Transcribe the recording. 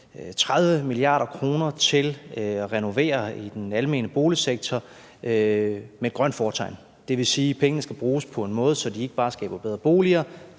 30 mia. kr. til renovering i den almene boligsektor med grønt fortegn. Det vil sige, at pengene skal bruges på en måde, så de ikke bare skaber bedre boliger